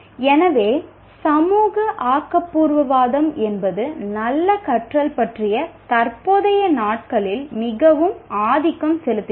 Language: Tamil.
எனவே சமூக ஆக்கபூர்வவாதம் என்பது நல்ல கற்றல் பற்றிய தற்போதைய நாட்களில் மிகவும் ஆதிக்கம் செலுத்துகிறது